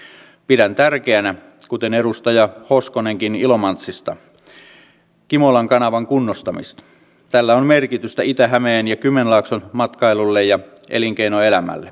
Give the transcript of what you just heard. talousvaikutuksista ovat antaneet lausunnot muun muassa aalto yliopiston professorit sixten korkman matti pohjola lapin yliopiston työ ja sosiaalioikeuden professori jaana paanetoja ja jyväskylän yliopiston kauppakorkeakoulun taloustieteen professori kari heimonen